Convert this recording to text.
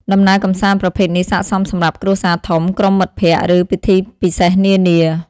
ដំណើរកម្សាន្តប្រភេទនេះស័ក្តិសមសម្រាប់គ្រួសារធំ ក្រុមមិត្តភក្តិ ឬពិធីពិសេសនានា។